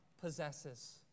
possesses